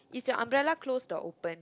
is your umbrella closed or open